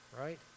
right